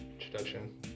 introduction